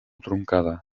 truncada